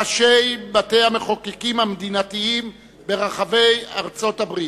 ראשי בתי-המחוקקים המדינתיים ברחבי ארצות-הברית.